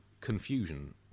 confusion